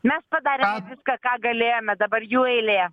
mes padarėm viską ką galėjome dabar jų eilė